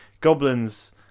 Goblins